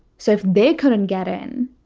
so if they couldn't get in.